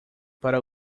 para